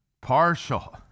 partial